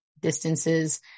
distances